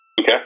Okay